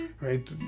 right